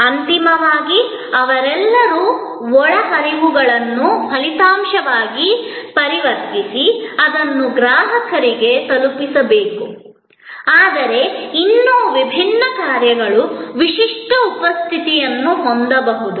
ಅಂತಿಮವಾಗಿ ಅವರೆಲ್ಲರೂ ಒಳಹರಿವುಗಳನ್ನು ಫಲಿತಾಂಶವಾಗಿ ಪರಿವರ್ತಿಸಿ ಅದನ್ನು ಗ್ರಾಹಕರಿಗೆ ತಲುಪಿಸಬೇಕು ಆದರೆ ಇನ್ನೂ ವಿಭಿನ್ನ ಕಾರ್ಯಗಳು ವಿಶಿಷ್ಟ ಉಪಸ್ಥಿತಿಯನ್ನು ಹೊಂದಬಹುದು